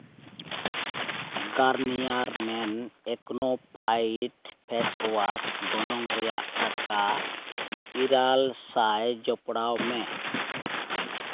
Garnier ᱢᱮᱱ ᱮᱠᱱᱳ ᱯᱷᱟᱭᱤᱴ ᱯᱷᱮᱥᱚᱣᱟᱥ ᱜᱚᱱᱚᱝ ᱨᱮᱭᱟᱜ ᱴᱟᱠᱟ ᱤᱨᱟᱹᱞ ᱥᱟᱭ ᱡᱚᱯᱲᱟᱣ ᱢᱮ